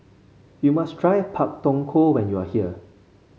you must try Pak Thong Ko when you are here